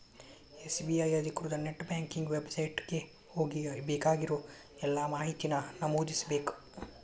SBI ಅಧಿಕೃತ net banking website ಗೆ ಹೋಗಿ ಬೇಕಾಗಿರೋ ಎಲ್ಲಾ ಮಾಹಿತಿನ ನಮೂದಿಸ್ಬೇಕ್